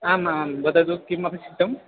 आम् आं वदतु किमपेक्षितम्